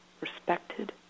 respected